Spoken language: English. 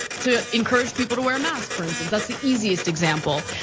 to encourage people to wear a mask, for instance. that's the easiest example.